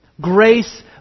Grace